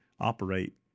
operate